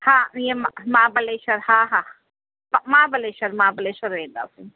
हा ईअं महा महाबलेश्वर हा हा महाबलेश्वर महाबलेश्वर वेंदासीं